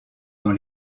dans